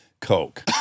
Coke